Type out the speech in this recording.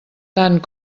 tant